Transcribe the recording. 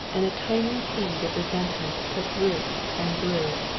and a tiny seed of resentment took root and grew.